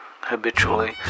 habitually